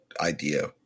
idea